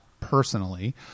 personally